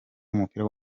w’umupira